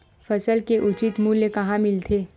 फसल के उचित मूल्य कहां मिलथे?